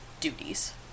duties